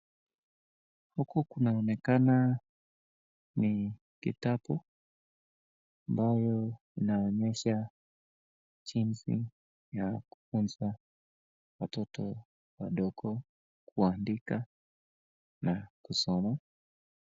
Huku kunaonekana ni kitabu ambayo inaonyesha jinsi ya kufunza watoto wadogo kuandika na kusoma.